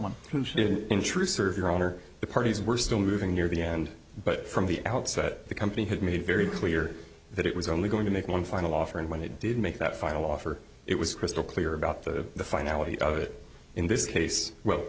one didn't intrusive your honor the parties were still moving near the end but from the outset the company had made very clear that it was only going to make one final offer and when they did make that final offer it was crystal clear about the finality of it in this case well